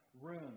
room